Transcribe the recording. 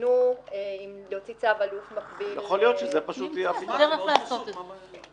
שיבחנו אם להוציא צו אלוף מקביל --- נמצא את הדרך לעשות את זה.